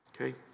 Okay